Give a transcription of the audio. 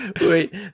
Wait